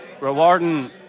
rewarding